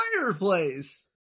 fireplace